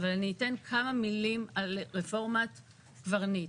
אבל אומר כמה מילים על רפורמת קברניט.